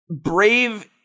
Brave